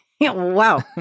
wow